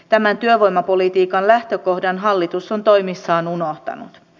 tämän työvoimapolitiikan lähtökohdan hallitus on toimissaan unohtanut